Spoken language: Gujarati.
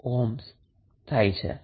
6 થાય છે